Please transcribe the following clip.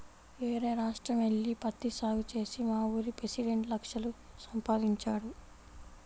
యేరే రాష్ట్రం యెల్లి పత్తి సాగు చేసి మావూరి పెసిడెంట్ లక్షలు సంపాదించాడు